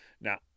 Now